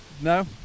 No